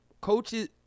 coaches